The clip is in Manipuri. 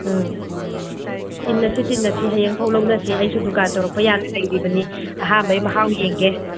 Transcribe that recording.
ꯎꯝ ꯇꯤꯟꯅꯁꯤ ꯇꯤꯟꯅꯁꯤ ꯍꯌꯦꯡ ꯐꯥꯎ ꯂꯧꯅꯁꯦ ꯑꯩꯁꯨ ꯗꯨꯀꯥꯟ ꯇꯧꯔꯛꯄ ꯌꯥꯅ ꯂꯩꯔꯤꯕꯅꯤ ꯑꯍꯥꯟꯕꯒꯤ ꯃꯍꯥꯎ ꯌꯦꯡꯒꯦ